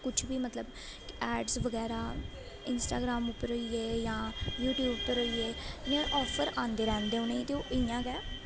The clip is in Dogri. कुछ बी मतलब ऐडस बगैरा इंस्टाग्राम उप्पर होई गे जां यूट्यूब उप्पर होई गे इ'यां आफर आंदे रैंह्दे उ'नेंगी गी ते इ'यां गै